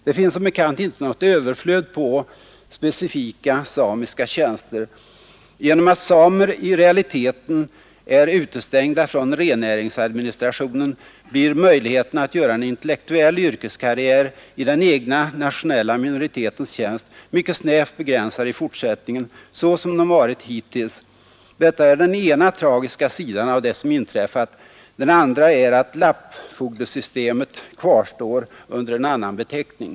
Det finns som bekant inte något överflöd på specifikt samiska tjänster. Då samer i realiteten är utestängda från rennäringsadministrationen blir möjligheterna att göra en intellektuell yrkeskarriär i den egna nationella minoritetens tjänst mycket snävt begränsade i fortsättningen liksom de varit hittills. Detta är den ena tragiska sidan av det som inträffat. Den andra är att lappfogdesystemet kvarstår under en annan beteckning.